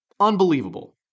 Unbelievable